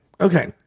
Okay